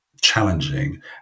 challenging